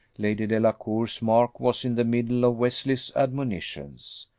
lady delacour's mark was in the middle of wesley's admonitions.